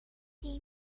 they